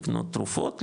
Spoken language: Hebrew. לקנות תרופות,